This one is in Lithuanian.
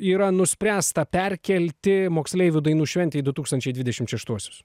yra nuspręsta perkelti moksleivių dainų šventę į du tūkstančiai dvidešim šeštuosius